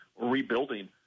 rebuilding